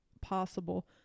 possible